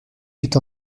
fuite